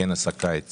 כנס הקיץ